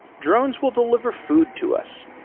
drones will deliver food to us.